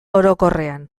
orokorrean